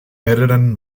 mehreren